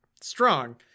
strong